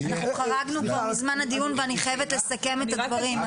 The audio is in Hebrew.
אנחנו חרגנו מזמן הדיון ואני חייבת לסכם את הדברים,